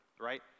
right